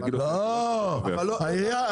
התאגיד עושה את שלו -- לא אתה טועה,